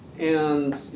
and,